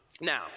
Now